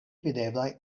videblaj